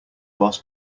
boss